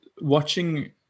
watching